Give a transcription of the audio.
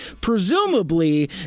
presumably